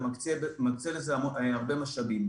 ומקצה לזה הרבה משאבים.